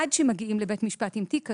עד שמגיעים לבית משפט עם תיק כזה,